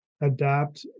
adapt